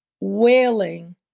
wailing